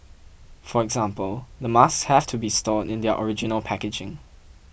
for example the masks have to be stored in their original packaging